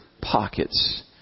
pockets